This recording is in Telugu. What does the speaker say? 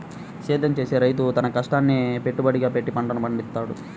సేద్యం చేసే రైతు తన కష్టాన్నే పెట్టుబడిగా పెట్టి పంటలను పండిత్తాడు